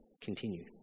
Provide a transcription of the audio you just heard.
continue